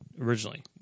originally